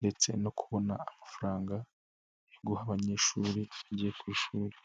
ndetse no kubona amafaranga yo guha abanyeshuri bagiye ku ishuri.